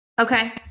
Okay